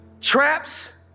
Traps